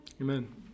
Amen